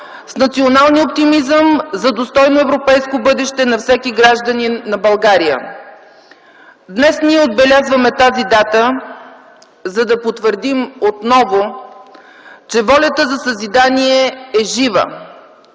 с националния оптимизъм за достойно европейско бъдеще на всеки гражданин на България. Днес ние отбелязваме тази дата, за да потвърдим отново, че волята за съзидание е жива.